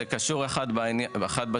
זה קשור אחד בשני.